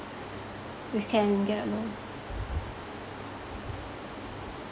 you can get a loan